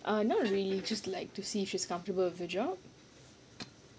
uh not really just like to see if she's comfortable with the job